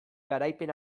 garaipen